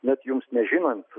net jums nežinant